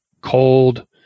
cold